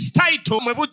title